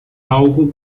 algo